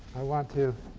i want to